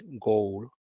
goal